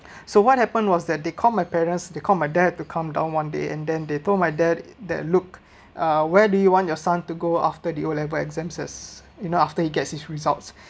so what happened was that they call my parents they call my dad to come down one day and then they told my dad that look uh where do you want your son to go after the o-level exams as you know after he gets his results